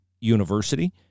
University